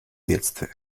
бедствия